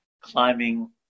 climbing